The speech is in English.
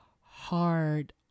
hard